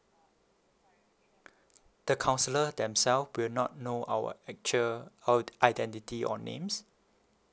the counsellor themselves will not know our actual uh identity or names